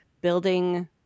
building